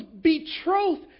betrothed